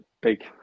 big